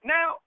Now